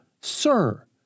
sir